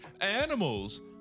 animals